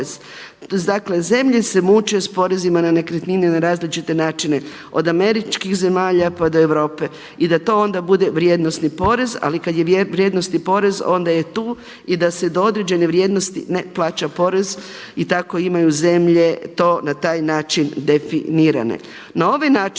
zemlje se muče s porezima na nekretnine na različite načine od američkih zemalja pa do Europe. I da to onda bude vrijednosni porez ali kad je vrijednosni porez onda je tu i da se do određene vrijednosti ne plaća porez i tako imaju zemlje to na taj način definirane. Na ovaj način